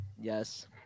Yes